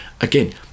again